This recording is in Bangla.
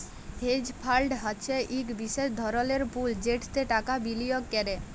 হেজ ফাল্ড হছে ইক বিশেষ ধরলের পুল যেটতে টাকা বিলিয়গ ক্যরে